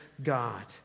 God